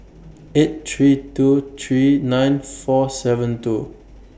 eight three two three nine four seven two